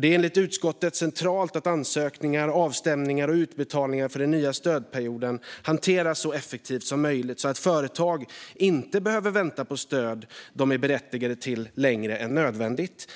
"Det är enligt utskottet centralt att ansökningar, avstämningar och utbetalningar för den nya stödperioden hanteras så effektivt som möjligt, så att företag inte behöver vänta på stöd de är berättigade till längre än nödvändigt.